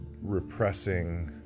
Repressing